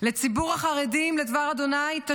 "לציבור החרדים לדבר ה', תש"ח,